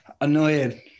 annoying